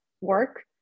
work